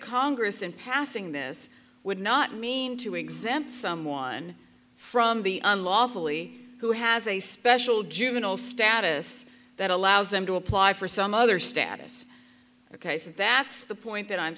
congress in passing this would not mean to exempt someone from the unlawfully who has a special juvenile status that allows him to apply for some other status ok so that's the point that i'm